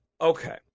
okay